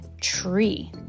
tree